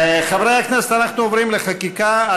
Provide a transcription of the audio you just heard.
חברי הכנסת, אנחנו עוברים לחקיקה.